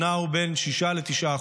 שנעו בין 6% ל-9%.